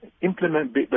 implement